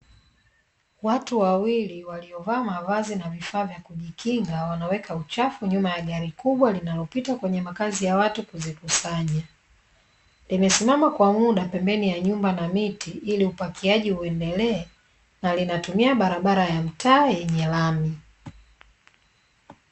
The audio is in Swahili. Watu wawili waliovaa mavazi na vifaa vya kujikinga, wanaweka uchafu nyuma ya gari kubwa linalopita kwenye makazi ya watu kuzikusanya. Limesimama kwa muda pembeni ya nyumba na miti ili upakiaji uendelee na linatumia barabara ya mtaa yenye lami.